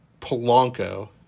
Polanco